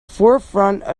forefront